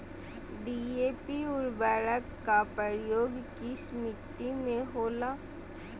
DAP उर्वरक का प्रयोग किस मिट्टी में होला?